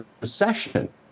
recession